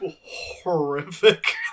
horrific